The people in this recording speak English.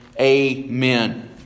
Amen